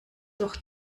doch